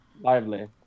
lively